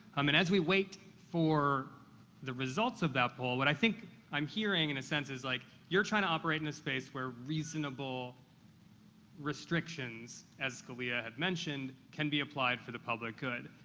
um and as we wait for the results of that poll, what i think i'm hearing in a sense is, like, you're trying to operate in a space where reasonable restrictions, as scalia had mentioned, can be applied for the public good.